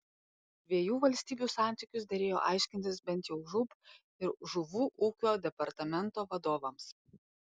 dviejų valstybių santykius derėjo aiškintis bent jau žūb ir žuvų ūkio departamento vadovams